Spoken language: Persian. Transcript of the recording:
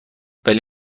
ولی